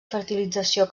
fertilització